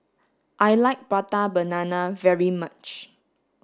I like prata banana very much